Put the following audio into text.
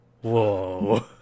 Whoa